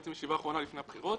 בעצם ישיבה אחרונה לפני הבחירות.